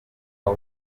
aho